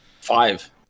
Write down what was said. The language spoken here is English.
Five